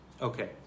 okay